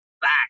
back